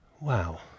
Wow